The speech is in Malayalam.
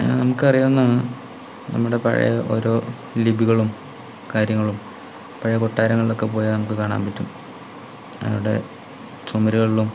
നമുക്കറിയാവുന്നതാണ് നമ്മുടെ പഴയ ഓരോ ലിപികളും കാര്യങ്ങളും പഴയ കൊട്ടാരങ്ങളിലൊക്കെ പോയാൽ നമുക്ക് കാണാൻ പറ്റും അവിടെ ചുമരുകളിലും